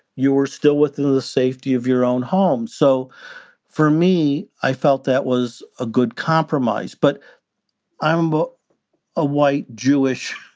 you were still with the safety of your own home. so for me, i felt that was a good compromise. but i'm but a white jewish,